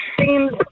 seems